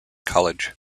college